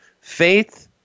Faith